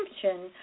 consumption